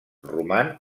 roman